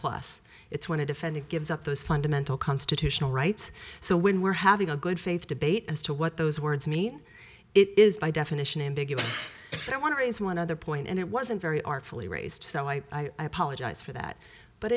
plus it's when a defendant gives up those fundamental constitutional rights so when we're having a good faith debate as to what those words mean it is by definition ambiguous and i want to raise one other point and it wasn't very artfully raised so i apologize for that but